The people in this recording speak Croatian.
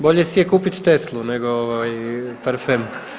Bolje si je kupit Teslu, nego parfem.